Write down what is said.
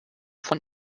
von